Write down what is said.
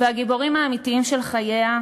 והגיבורים האמיתיים של חייה,